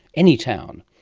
any town.